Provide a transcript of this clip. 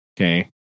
Okay